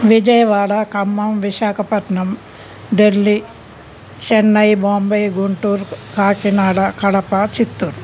Vijayawada Khammam Visakhapatnam Delhi Chennai Bombay Guntur Kakinada Kadapa Chittoor